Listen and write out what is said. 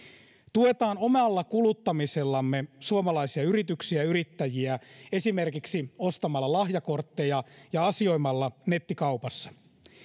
tuetaan omalla kuluttamisellamme suomalaisia yrityksiä ja yrittäjiä esimerkiksi ostamalla lahjakortteja ja asioimalla nettikaupassa